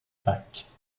pâques